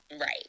Right